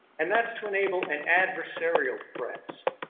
and that's to enable an adversarial press,